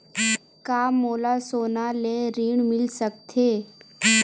का मोला सोना ले ऋण मिल सकथे?